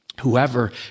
Whoever